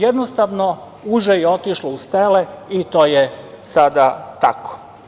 Jednostavno uže je otišlo uz tele i to je sada tako.